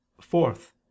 Fourth